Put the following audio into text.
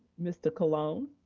mr. colon.